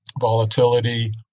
volatility